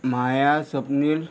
Maya Swapnil